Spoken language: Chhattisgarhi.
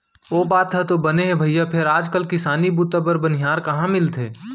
ओ बात ह तो बने हे भइया फेर आज काल किसानी बूता बर बनिहार कहॉं मिलथे?